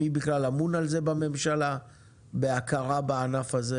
מי בכלל אמון על זה בממשלה, בהכרה בענף הזה